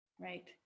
right